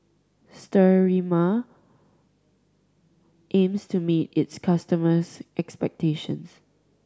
Sterimar aims to meet its customers' expectations